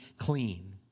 clean